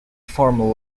form